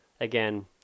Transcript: Again